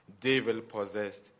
devil-possessed